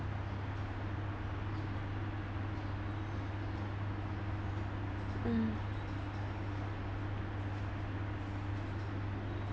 mm